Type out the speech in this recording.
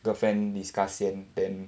girlfriend discuss 先 then